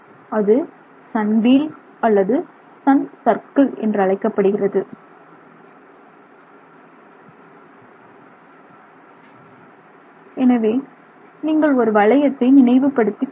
அது sun wheel அல்லது sun circle என்றழைக்கப்படுகிறது எனவே நீங்கள் ஒரு வளையத்தை நினைவுபடுத்திக் கொள்ளுங்கள்